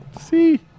See